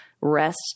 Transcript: rest